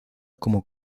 como